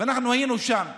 ואנחנו היינו שם וראינו.